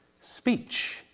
speech